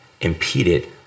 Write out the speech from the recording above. impeded